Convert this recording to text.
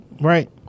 right